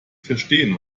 verstehen